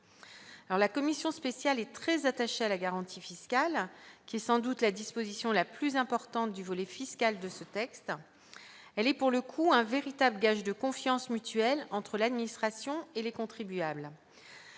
la commission spéciale et très attaché à la garantie fiscale qui est sans doute la disposition la plus importante du volet fiscal de ce texte, elle est pour le coup, un véritable gage de confiance mutuelle entre l'administration et les contribuables,